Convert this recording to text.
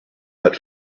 but